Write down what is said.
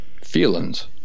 feelings